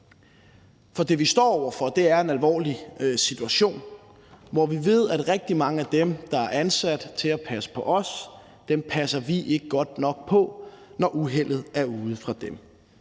For det, vi står over for, er en alvorlig situation, hvor vi ved, at rigtig mange af dem, der er ansat til at passe på os, passer vi ikke godt nok på, når uheldet er ude for dem.